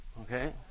Okay